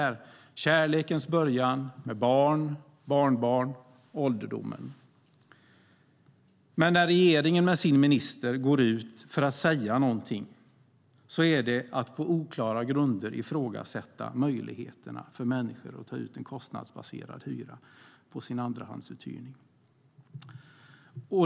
Det är kärlekens början med barn och sedan barnbarn och ålderdom. Men när regeringen med sin minister går ut för att säga någonting är det att på oklara grunder ifrågasätta möjligheterna för människor att ta ut en kostnadsbaserad hyra på andrahandsuthyrning.